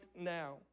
now